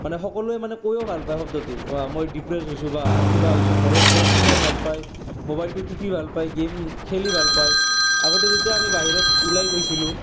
মানে সকলোৱে মানে কৈয়ো ভাল পায় শব্দটো মই ডিপ্ৰেচড হৈছোঁ বা কিবা হৈছোঁ ঘৰৰ ভিতৰত সোমাই ভাল পায় ম'বাইলটো টিপি ভাল পায় গে'ম খেলি ভাল পায় আগতে যেতিয়া আমি বাহিৰত ওলাই গৈছিলো